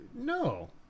No